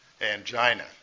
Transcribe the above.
angina